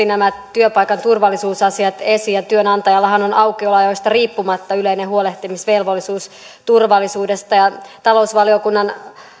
nämä työpaikan turvallisuusasiat esiin työnantajallahan on aukioloajoista riippumatta yleinen huolehtimisvelvollisuus turvallisuudesta talousvaliokunnan